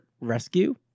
rescue